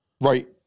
Right